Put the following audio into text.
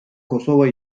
kosova